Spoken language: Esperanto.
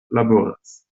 laboras